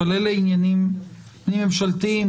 אבל אלה עניינים ממשלתיים.